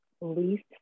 Least